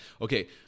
okay